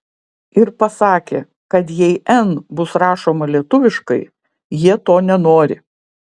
ir pasakė kad jei n bus rašoma lietuviškai jie to nenori